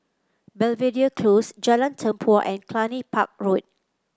Belvedere Close Jalan Tempua and Cluny Park Road